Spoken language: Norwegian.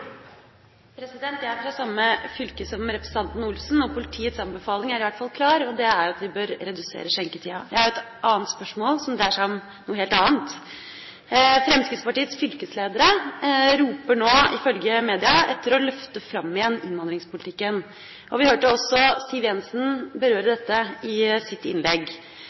Olsen, og politiets anbefaling er i hvert fall klar, og den er at vi bør redusere skjenketida. Jeg har et annet spørsmål som dreier seg om noe helt annet: Fremskrittspartiets fylkesledere roper nå, ifølge media, etter å løfte fram igjen innvandringspolitikken. Vi hørte også Siv Jensen berøre dette i sitt innlegg.